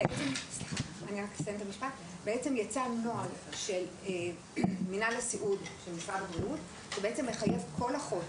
למעשה יצא נוהל של מינהל הסיעוד של משרד הבריאות שמחייב כל אחות,